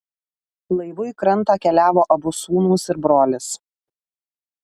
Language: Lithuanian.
laivu į krantą keliavo abu sūnūs ir brolis